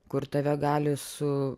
kur tave gali su